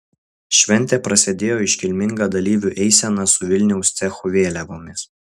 šventė prasidėjo iškilminga dalyvių eisena su vilniaus cechų vėliavomis